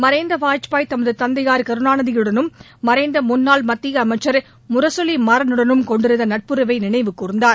மறைந்த வாஜ்பாய் தமது தந்தையார் கருணாநிதியுடனும் மறைந்த முன்னாள் மத்திய அமைச்சர் முரசொலி மாறனுடனும் கொண்டிருந்த நட்புறவை நினைவு கூர்ந்தார்